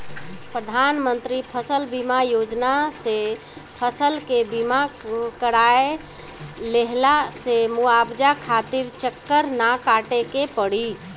प्रधानमंत्री फसल बीमा योजना से फसल के बीमा कराए लेहला से मुआवजा खातिर चक्कर ना काटे के पड़ी